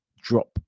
drop